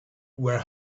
were